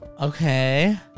Okay